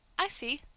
i see.